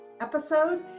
episode